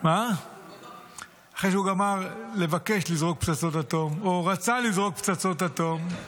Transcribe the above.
--- אחרי שהוא גמר לבקש לזרוק פצצות אטום או רצה לזרוק פצצות אטום.